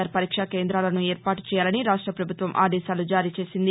are పరీక్షా కేంద్రాలను ఏర్పాటు చేయాలని రాష్ట ప్రభుత్వం ఆదేశాలు జారీ చేసింది